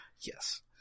Yes